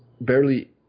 barely